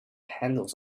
handles